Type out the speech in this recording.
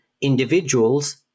individuals